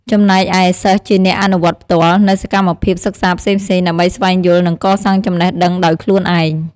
ចំណែកឯ សិស្សជាអ្នកអនុវត្តផ្ទាល់ នូវសកម្មភាពសិក្សាផ្សេងៗ ដើម្បីស្វែងយល់ និងកសាងចំណេះដឹងដោយខ្លួនឯង។